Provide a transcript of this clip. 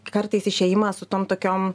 kartais išėjimą su tom tokiom